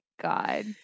God